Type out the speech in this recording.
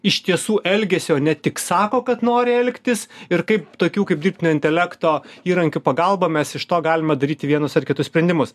iš tiesų elgesio ne tik sako kad nori elgtis ir kaip tokių kaip dirbtinio intelekto įrankių pagalba mes iš to galime daryti vienus ar kitus sprendimus